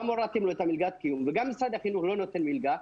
גם הורדתם לו את מלגת הקיום וגם משרד החינוך לא נותן מלגה,